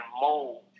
mold